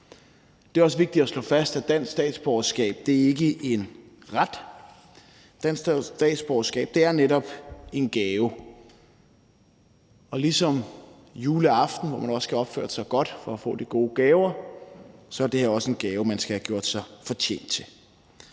Det er også vigtigt at slå fast, at dansk statsborgerskab ikke er en ret. Dansk statsborgerskab er netop en gave. Og ligesom juleaften, hvor man også skal opføre sig godt for at få de gode gaver, er det her også en gave, man skal have gjort sig fortjent til.